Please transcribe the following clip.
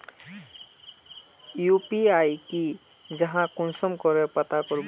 UPI की जाहा कुंसम करे पता करबो?